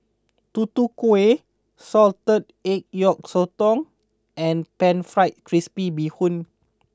Tutu Kueh Salted Egg Yolk Sotong and Pan Fried Crispy Bee Hoon